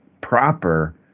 proper